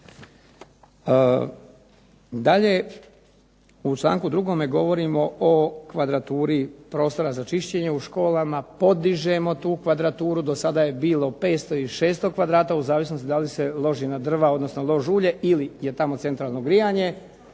Dalje, u članku drugome govorimo o kvadraturi prostora za čišćenje u školama. Podižemo tu kvadraturu. Do sada je bilo 500 i 600 kvadrata od zavisnosti da li se loži na drva, odnosno lož ulje ili je tamo centralno grijanje